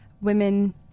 women